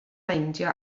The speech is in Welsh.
meindio